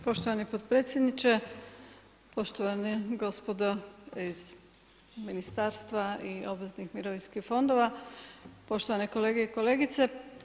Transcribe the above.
Poštovani potpredsjedniče, poštovana gospodo iz ministarstva i obveznih mirovinskih fondova, poštovane kolege i kolegice.